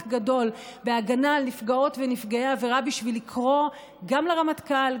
גדול בהגנה על נפגעות ונפגעי עבירה בשביל לקרוא גם לרמטכ"ל,